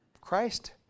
Christ